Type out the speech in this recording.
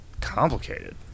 Complicated